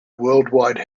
worldwide